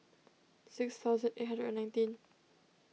six thousand eight hundred and nineteen